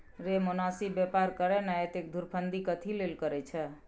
रे मोनासिब बेपार करे ना, एतेक धुरफंदी कथी लेल करय छैं?